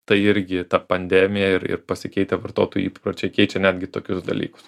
tai irgi ta pandemija ir ir pasikeitę vartotojų įpročiai keičia netgi tokius dalykus